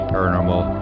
Paranormal